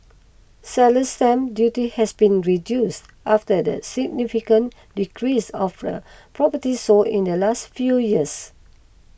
seller's stamp duty has been reduced after the significant decrease of the properties sold in the last few years